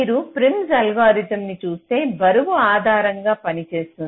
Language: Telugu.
మీరు ప్రిమ్స్ అల్గోరిథంచూస్తే బరువు ఆధారంగా పనిచేస్తుంది